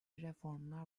reformlar